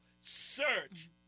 Search